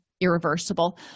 irreversible